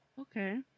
Okay